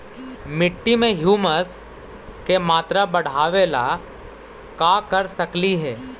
मिट्टी में ह्यूमस के मात्रा बढ़ावे ला का कर सकली हे?